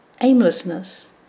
aimlessness